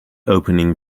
opening